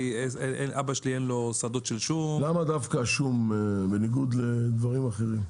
לאבא שלי אין שדות של שום --- למה דווקא השום בניגוד לדברים אחרים?